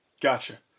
Gotcha